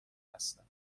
هستم